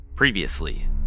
Previously